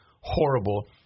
horrible